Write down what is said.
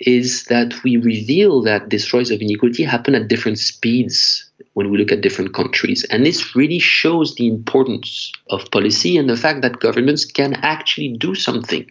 is that we reveal that this rise of inequity happens at different speeds when we look at different countries, and this really shows the importance of policy and the fact that governments can actually do something.